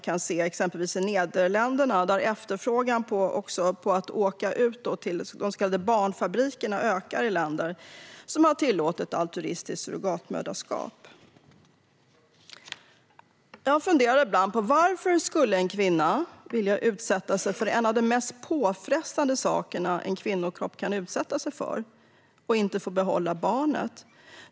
I exempelvis Nederländerna, som har tillåtit altruistiskt surrogatmoderskap, ökar efterfrågan när det gäller de så kallade barnfabrikerna. Jag funderar ibland på varför en kvinna skulle vilja utsätta sig för en av de mest påfrestande saker som en kvinnokropp kan utsättas för och sedan inte får behålla barnet.